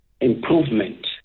improvement